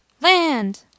Land